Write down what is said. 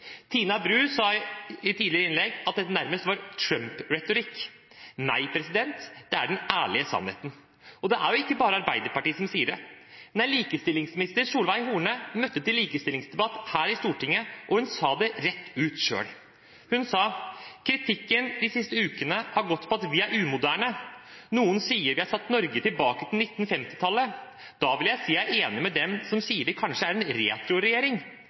Tina Bru sa i et innlegg tidligere at dette nærmest var Trump-retorikk. Nei, det er den ærlige sannheten. Og det er ikke bare Arbeiderpartiet som sier det. Likestillingsminister Solveig Horne møtte til likestillingsdebatt her i Stortinget, og hun sa det selv, rett ut: «Kritikken de siste ukene har gått på at vi er umoderne, og noen sier at vi har satt Norge tilbake igjen til 1950-tallet. Da vil jeg si at jeg er enig med dem som sier vi kanskje er